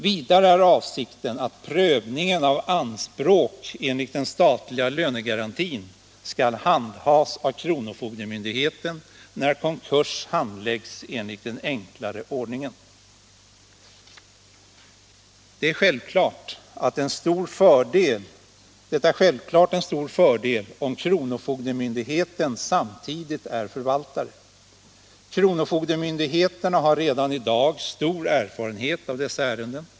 Vidare är avsikten att prövningen av anspråk enligt den statliga lönegarantin skall handhas av kronofogdemyndigheten när konkurs handläggs enligt den enklare ordningen. Det är självfallet en stor fördel om kronofogdemyndigheten samtidigt är förvaltare. Kronofogdemyndigheterna har redan i dag stor erfarenhet av dessa ärenden.